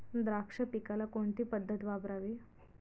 द्राक्ष पिकाला कोणती पद्धत वापरावी?